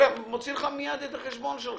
מוציאים לך מיד את החשבון שלך.